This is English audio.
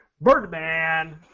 Birdman